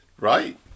right